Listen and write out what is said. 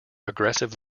aggressive